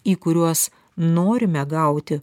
į kuriuos norime gauti